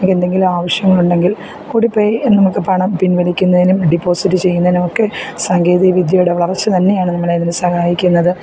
നമുക്കെന്തെങ്കിലും ആവശ്യമുണ്ടെങ്കിൽ ഓടിപ്പോയി നമുക്ക് പണം പിൻ വലിക്കുന്നതിനും ഡിപ്പോസിറ്റ് ചെയ്യുന്നതിനും ഒക്കെ സാങ്കേതികവിദ്യയുടെ വളർച്ച തന്നെയാണ് നമ്മളെ ഇതിന് സഹായിക്കുന്നത്